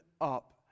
up